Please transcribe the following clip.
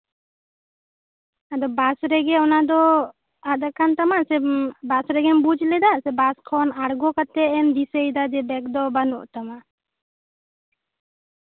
ᱟᱫᱚ ᱵᱟᱥ ᱨᱮᱜᱮ ᱚᱱᱟ ᱫᱚ ᱟᱫ ᱟᱠᱟᱱ ᱛᱟᱢᱟ ᱦᱮᱸ ᱵᱟᱥ ᱨᱮᱜᱮᱢ ᱵᱩᱡᱽ ᱞᱮᱫᱟ ᱥᱮ ᱵᱟᱥ ᱠᱷᱚᱱ ᱟᱲᱜᱚ ᱠᱟᱛᱮᱜ ᱮᱢ ᱫᱤᱥᱟᱹᱭᱮᱫᱟ ᱡᱮ ᱵᱮᱜᱽ ᱫᱚ ᱵᱟᱹᱱᱩᱜ ᱛᱟᱢᱟ